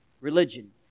Religion